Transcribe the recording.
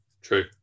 true